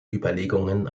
überlegungen